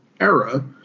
era